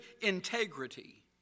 integrity